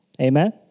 Amen